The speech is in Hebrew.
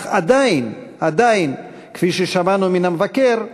אך עדיין, עדיין, כפי ששמענו מהמבקר,